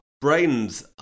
brains